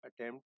attempt